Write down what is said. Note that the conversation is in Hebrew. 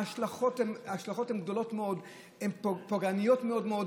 ההשלכות הן גדולות מאוד והן פוגעניות מאוד מאוד.